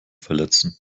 verletzen